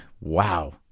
Wow